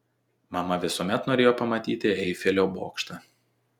mama visuomet norėjo pamatyti eifelio bokštą